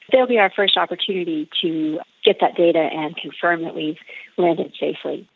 it will be our first opportunity to get that data and confirm that we landed safely.